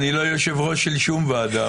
אני לא יושב-ראש של שום ועדה,